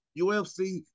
ufc